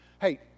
Hey